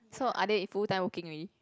so are they full time working already